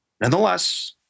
Nonetheless